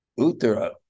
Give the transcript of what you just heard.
Uttara